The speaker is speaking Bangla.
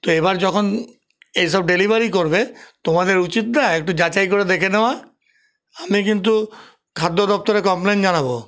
তো এবার যখন এসব ডেলিভারি করবে তোমাদের উচিত না একটু যাচাই করে দেখে নেওয়া আমি কিন্তু খাদ্য দপ্তরে কমপ্লেন জানাবো